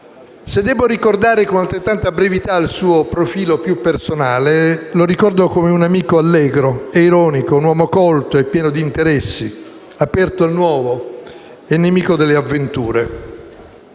Se debbo ricordare con altrettanta brevità il suo profilo più personale, lo ricordo come un amico allegro e ironico, un uomo colto e pieno di interessi, aperto al nuovo e nemico delle avventure.